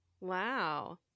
Wow